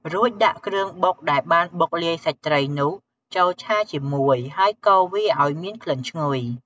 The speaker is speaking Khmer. រួចដាក់គ្រឿងបុកដែលបានបុកលាយសាច់ត្រីនោះ ចូលឆាជាមួយហើយកូរវាឲ្យមានក្លិនឈ្ងុយ។